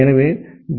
எனவே டி